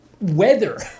weather